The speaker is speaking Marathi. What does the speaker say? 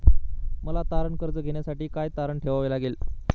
मला तारण कर्ज घेण्यासाठी काय तारण ठेवावे लागेल?